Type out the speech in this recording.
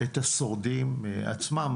את השורדים עצמם.